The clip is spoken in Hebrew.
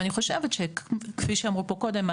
ואני חושבת שכפי שאמרו פה קודם,